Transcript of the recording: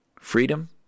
freedom